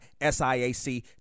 SIAC